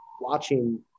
watching